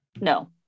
No